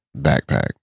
backpack